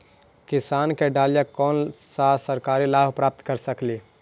किसान के डालीय कोन सा सरकरी लाभ प्राप्त कर सकली?